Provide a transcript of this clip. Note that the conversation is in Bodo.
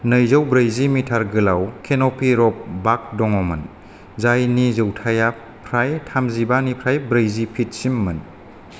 नैजौ ब्रैजि मिटार गोलाव कैनोपी रोप वाक दङ'मोन जायनि जौथाइया फ्राय थामजिबा निफ्राय ब्रैजि फीट सिम मोन